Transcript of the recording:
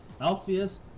Alpheus